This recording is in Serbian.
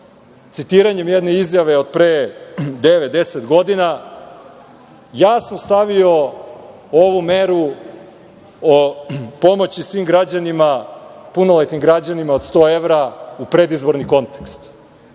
citiranjem jedne izjave od pre devet, deset godina jasno stavio ovu meru o pomoći svim punoletnim građanima od 100 evra u predizborni kontekst